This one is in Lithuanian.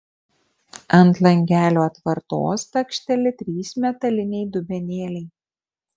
ant langelio atvartos takšteli trys metaliniai dubenėliai